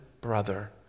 brother